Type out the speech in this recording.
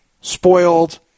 spoiled